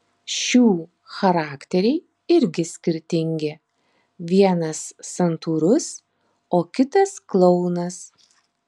šių charakteriai irgi skirtingi vienas santūrus o kitas klounas